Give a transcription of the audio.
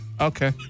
Okay